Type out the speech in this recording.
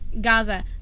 Gaza